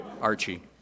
Archie